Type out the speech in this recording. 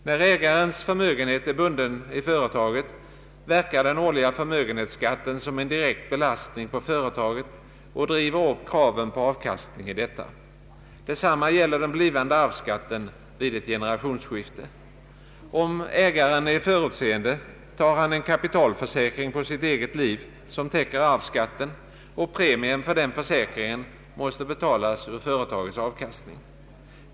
När ägarens förmögenhet är bunden i företaget verkar den årliga fömögenhetsskatten som en direkt belastning på företaget och driver upp kraven på avkastning i detta. Detsamma gäller den blivande arvsskatten vid ett generationsskifte. Om ägaren är förutseende tar han en kapitalförsäkring på sitt eget liv som täcker arvsskatten, och premien för den försäkringen måste betalas ur företagets avkastning.